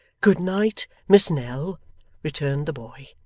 good night, miss nell returned the boy.